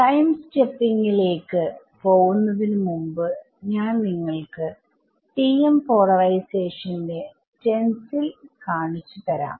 time സ്റ്റെപ്പിങ്ങിലേക്ക് lപോവുന്നതിനു മുമ്പ് ഞാൻ നിങ്ങൾക്ക് ™ പോളറൈസേഷന്റെസ്റ്റെൻസിൽ ഞാൻ കാണിച്ചു തരാം